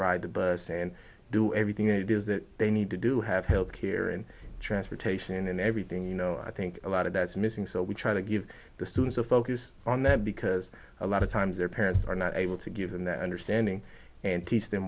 ride the bus and do everything it is that they need to do have health care and transportation and everything you know i think a lot of that's missing so we try to give the students a focus on that because a lot of times their parents are not able to give them that understanding and teach them